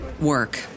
work